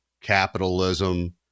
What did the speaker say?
capitalism